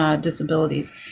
disabilities